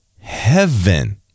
heaven